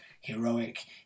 heroic